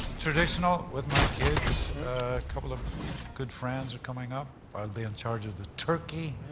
traditional, with my kids, a couple of good friends coming up. i'll be in charge of the turkey,